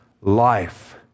life